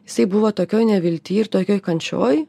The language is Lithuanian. jisai buvo tokioj nevilty ir tokioj kančioj